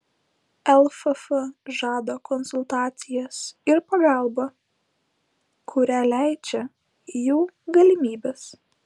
lff žada konsultacijas ir pagalbą kurią leidžia jų galimybės